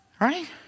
Right